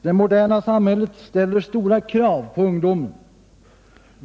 Det moderna samhället ställer stora krav på ungdomen.